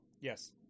Yes